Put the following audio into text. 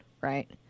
Right